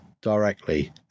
directly